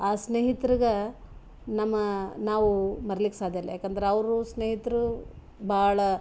ಆ ಸ್ನೇಹಿತ್ರಿಗ ನಮ್ಮ ನಾವು ಮರೀಲಿಕ್ ಸಾಧ್ಯ ಇಲ್ಲ ಯಾಕಂದ್ರ ಅವರು ಸ್ನೇಹಿತರು ಭಾಳ